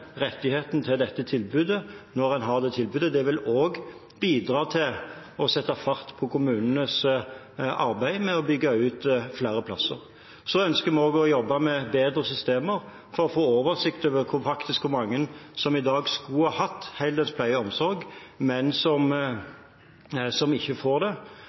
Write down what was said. rettigheten til dette tilbudet, når en har det tilbudet. Det vil også bidra til å sette fart på kommunenes arbeid med å bygge ut flere plasser. Vi ønsker også å jobbe med bedre systemer, for å få oversikt over hvor mange som i dag faktisk skulle hatt heldøgns pleie og omsorg, men som ikke får det.